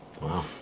wow